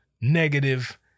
negative